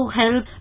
help